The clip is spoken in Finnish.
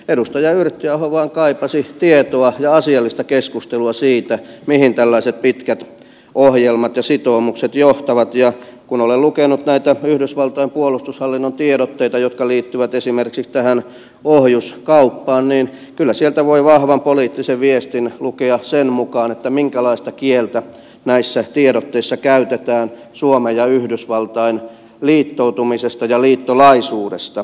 edustaja yrttiaho vaan kaipasi tietoa ja asiallista keskustelua siitä mihin tällaiset pitkät ohjelmat ja sitoumukset johtavat ja kun olen lukenut näitä yhdysvaltain puolustushallinnon tiedotteita jotka liittyvät esimerkiksi tähän ohjuskauppaan niin kyllä sieltä voi vahvan poliittisen viestin lukea sen mukaan minkälaista kieltä näissä tiedotteissa käytetään suomen ja yhdysvaltain liittoutumisesta ja liittolaisuudesta